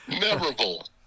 Memorable